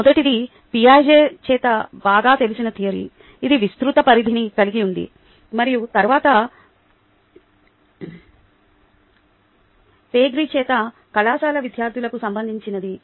మొదటిది పియాజెట్ చేత బాగా తెలిసిన థియరీ ఇది విస్తృత పరిధిని కలిగి ఉంది మరియు తరువాత పెర్రీ చేత కళాశాల విద్యార్థులకు సంభందించినది